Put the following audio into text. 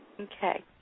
Okay